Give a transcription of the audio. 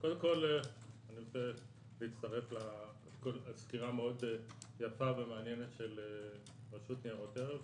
קודם כל אני רוצה להצטרף לסקירה היפה והמעניינת של רשות ניירות ערך,